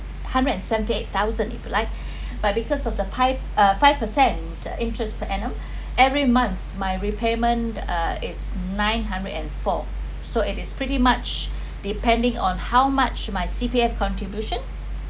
hundred and seventy eight thousand if you like but because of the five uh five percent interest per annum every month my repayment uh is nine hundred and four so it is pretty much depending on how much my C_P_F contribution